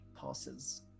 passes